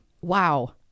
wow